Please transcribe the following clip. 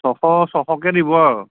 ছশ ছশকে দিব আৰু